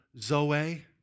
zoe